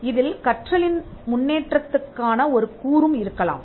இதில் கற்றலில் முன்னேற்றத்திற்கான ஒரு கூறும் இருக்கலாம்